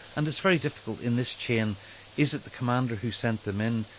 and it's very difficult in this chain is it the commander who sent the men,